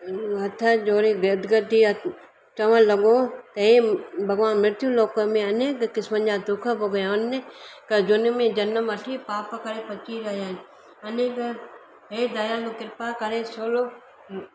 हथ जोड़े गदगदु थी विया चवणु त लॻो हे भॻवानु मृत्यूलोक में अनेक क़िस्मनि जा दुखु भोॻे अने कजुन में जनम वठी पाप करे पोइ अची रहिया आहिनि अनेक हे दयालू कृपा करे थोरो